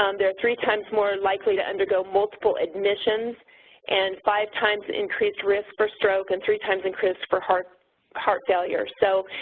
um they are three times more likely to undergo multiple admissions and five times increased risk for stroke and three times increased risk for heart heart failure. so,